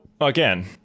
again